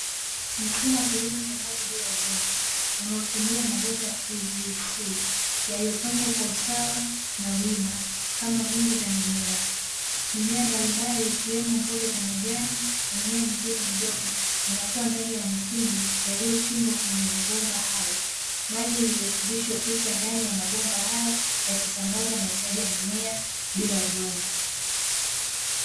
Mfumo wa kilimo cha maji bila ya udongo, unaotumia mabomba ya "PVC", yaliyopangwa kwa usawa na wima kama vyungu vya mimea. Mimea mbalimbali ikiwemo mboga za majani, na mimea mingine midogo inayokuwa ndani ya matundu yaliyochimbwa kwenye mabomba hayo, maji yenye virutubisho hupita ndani ya mabomba hayo yakisambaza mahitaji ya mimea bila udongo.